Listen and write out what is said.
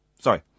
Sorry